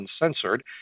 Uncensored